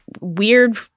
weird